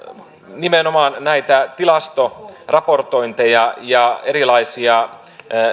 nimenomaan näitä tilastoraportointeja ja erilaisia